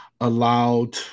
allowed